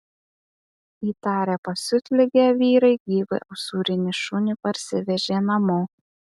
įtarę pasiutligę vyrai gyvą usūrinį šunį parsivežė namo